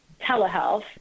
telehealth